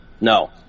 no